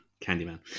Candyman